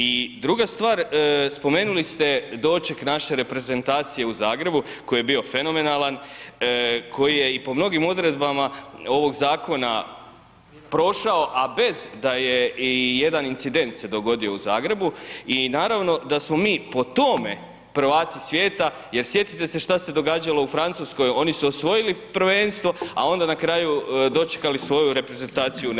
I druga stvar, spomenuli ste doček naše reprezentacije u Zagrebu koji je bio fenomenalan, koji je i po mnogim odredbama ovog zakona prošao a bez da je ijedan incident se dogodio u Zagrebu i naravno da smo mi po tome prvaci svijeta jer sjetite se šta se događalo u Francuskoj, oni su osvojili prvenstvo a onda na kraju dočekali svoju reprezentaciju u neredu.